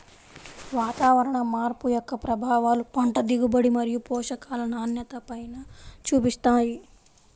వాతావరణ మార్పు యొక్క ప్రభావాలు పంట దిగుబడి మరియు పోషకాల నాణ్యతపైన చూపిస్తాయి